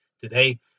Today